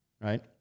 Right